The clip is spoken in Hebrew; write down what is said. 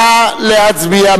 נא להצביע.